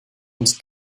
ums